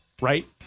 right